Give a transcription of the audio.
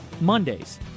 Mondays